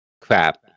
crap